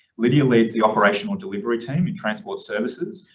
lydia leads the operational delivery team and transport services,